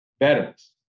veterans